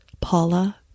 Paula